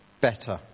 better